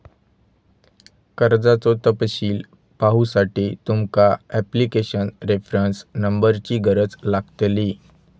कर्जाचो तपशील पाहुसाठी तुमका ॲप्लीकेशन रेफरंस नंबरची गरज लागतली